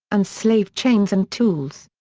and slave chains and tools.